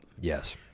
Yes